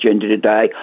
today